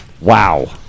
Wow